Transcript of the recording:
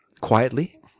quietly